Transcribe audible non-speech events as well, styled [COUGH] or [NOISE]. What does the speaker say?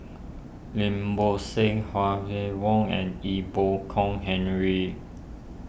Lim Bo Seng Huang [UNINTELLIGIBLE] and Ee Boon Kong Henry